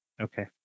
Okay